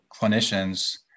clinicians